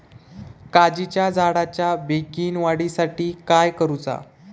काजीच्या झाडाच्या बेगीन वाढी साठी काय करूचा?